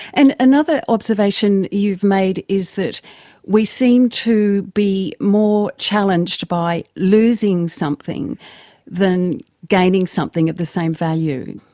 and another observation you've made is that we seem to be more challenged by losing something than gaining something of the same value.